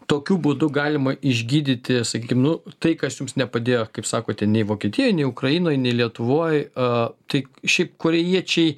tokiu būdu galima išgydyti sakykim nu tai kas jums nepadėjo kaip sakote nei vokietijoj nei ukrainoj nei lietuvoj o tik šiaip korėjiečiai